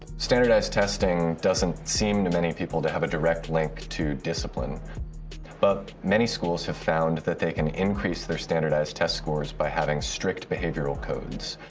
standardized testing doesn't seem to many people to have a direct link to discipline but many schools have found that they can increase their standardized test scores by having strict behavioral codes.